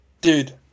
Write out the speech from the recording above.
Dude